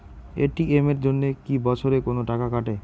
ATM এর জন্যে কি বছরে কোনো টাকা কাটে?